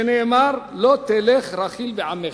שנאמר "לא תלך רכיל בעמיך",